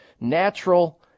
natural